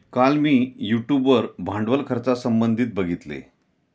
काल मी यूट्यूब वर भांडवल खर्चासंबंधित बघितले